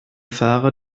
fahrer